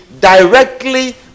directly